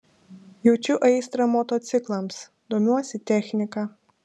jaučiu aistrą motociklams domiuosi technika